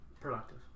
productive